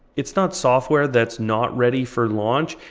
it's not software that's not ready for launch.